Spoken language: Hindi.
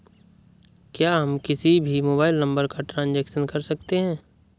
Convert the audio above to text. क्या हम किसी भी मोबाइल नंबर का ट्रांजेक्शन कर सकते हैं?